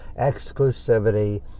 exclusivity